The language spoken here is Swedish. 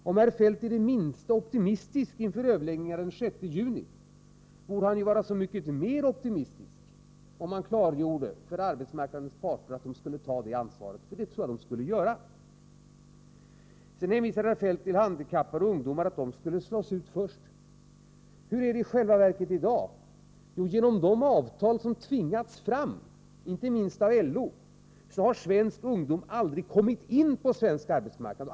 Om herr Feldt är det minsta optimistisk inför överläggningarna den 6 juni, borde han vara så mycket mer optimistisk, om han klargjorde detta för arbetsmarknadens parter. Jag tror nämligen att de skulle inse detta samband. Kjell-Olof Feldt säger att handikappade och ungdomar skulle slås ut först. Hur är det i själva verket i dag? Genom de avtal som tvingats fram — inte minst av LO — har svensk ungdom aldrig kommit in på arbetsmarknaden.